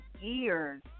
years